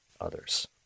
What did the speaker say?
others